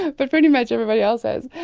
but pretty much everybody else has.